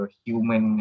human